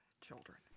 children